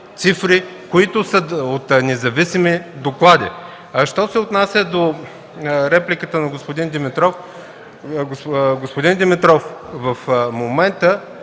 които са от независими доклади. Що се отнася до репликата на господин Димитров. Господин Димитров, в момента